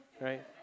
Right